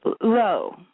low